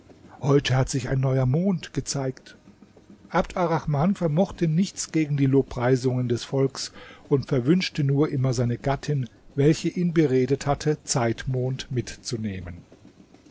heute hat sich neuer mond gezeigt abd arrahman vermochte nichts gegen die lobpreisungen des volks und verwünschte nur immer seine gattin welche ihn beredet hatte zeitmond mitzunehmen